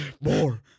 More